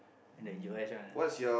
and the U_S one ah